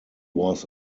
was